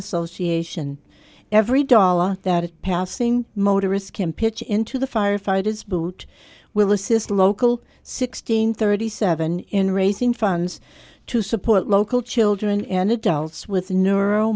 association every dollar that is passing motorists can pitch in to the firefighters boot will assist local sixteen thirty seven in raising funds to support local children and adults with